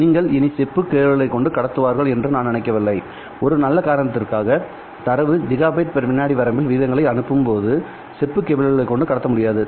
நீங்கள் இனி செப்பு கேபிள்களைக் கொண்டு கடத்துவார்கள் என்று நான் நினைக்கவில்லை ஒரு நல்ல காரணத்திற்காக தரவு ஜிகாபைட் வினாடி வரம்பில் விகிதங்களை அனுப்பும்போது செப்பு கேபிள்களைக் கொண்டு கடத்த முடியாது